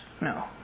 No